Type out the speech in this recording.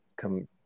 come